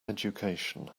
education